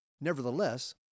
Nevertheless